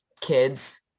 kids